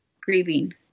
grieving